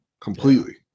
completely